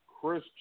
Chris